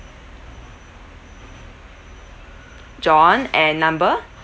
john and number